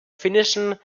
finnischen